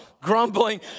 grumbling